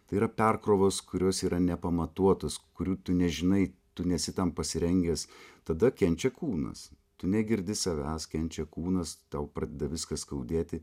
tai yra perkrovos kurios yra nepamatuotos kurių tu nežinai tu nesi tam pasirengęs tada kenčia kūnas tu negirdi savęs kenčia kūnas tau pradeda viską skaudėti